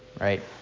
right